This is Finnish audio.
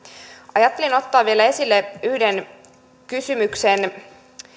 ajattelin ottaa vielä esille yhden kysymyksen